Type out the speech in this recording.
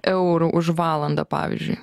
eurų už valandą pavyzdžiui